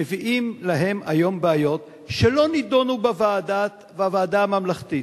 שמביאים להם היום בעיות שלא נדונו בוועדה הממלכתית,